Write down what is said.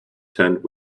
tent